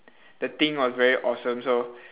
the thing was very awesome so